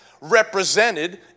represented